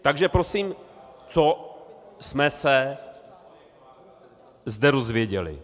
Takže prosím, co jsme se zde dozvěděli.